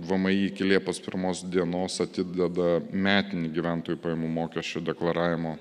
vmi iki liepos pirmos dienos atideda metinį gyventojų pajamų mokesčio deklaravimo